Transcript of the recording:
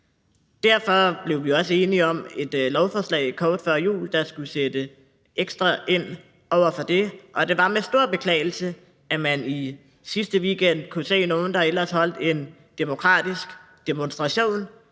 Derfor blev vi også enige om et lovforslag kort tid før jul om, at der skulle sættes ekstra ind over for det. Det var med stor beklagelse, at vi i sidste weekend kunne se, at der var nogle, der ellers afholdt en demokratisk demonstration,